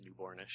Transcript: newbornish